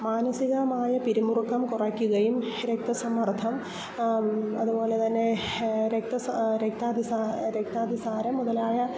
മാനസികമായ പിരിമുറുക്കം കുറയ്ക്കുകയും രക്തസമ്മർദം അതുപോലെ തന്നെ രക്താതിസാരം രക്താതിസാരം രക്താതിസാരം മുതലായ